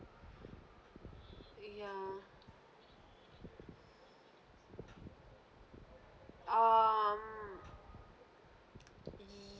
ya um